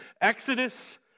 Exodus